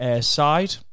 side